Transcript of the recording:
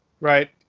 Right